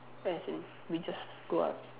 as in we just go out